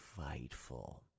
Fightful